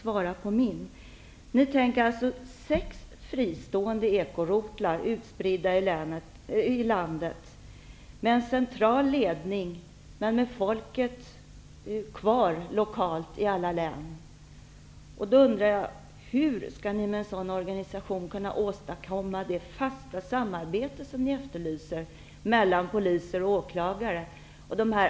Socialdemokraterna tänker sig alltså sex fristående ekorotlar, utspridda i landet, med central ledning, men med folket kvar lokalt i alla län. Hur skall ni med en sådan organisation kunna åstadkomma det fasta samarbete mellan poliser och åklagare som ni efterlyser?